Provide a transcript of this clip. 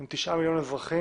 עם תשעה מיליון אזרחים,